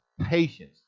patience